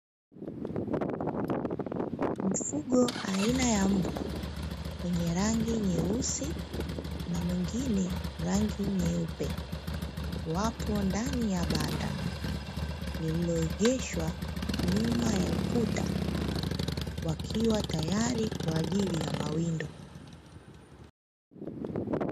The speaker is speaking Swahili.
Mfugo aina ya mbwa wenye rangi nyeusi na mwingine rangi nyeupe, wapo ndani ya banda lililoegeshwa nyuma ya ukuta, wakiwa tayari kwa ajili ya mawindo.